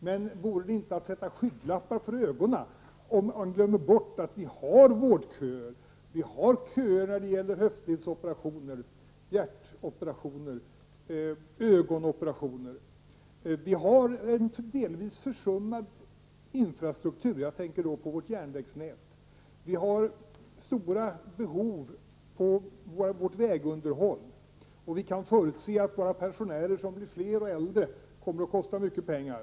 Men vore det inte att sätta skygglapparna för ögonen att glömma att vi har vårdköer, att vi har köer när det gäller höftledsoperationer, hjärtoperationer och ögonoperationer? Vi har en delvis försummad infrastruktur -- jag tänker då på vårt järnvägsnät. Det finns stora behov av vägunderhåll. Vi kan förutse att våra pensionärer, som blir fler och äldre, kommer att kosta mycket pengar.